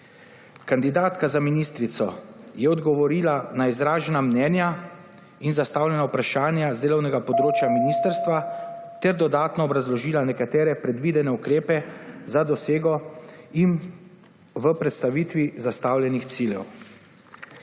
Kandidatka za ministrico je odgovorila na izražena mnenja in zastavljena vprašanja z delovnega področja ministrstva ter dodatno obrazložila nekatere predvidene ukrepe za dosego v predstavitvi zastavljenih ciljev.